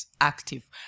active